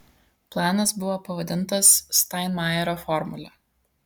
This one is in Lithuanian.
planas buvo pavadintas steinmeierio formule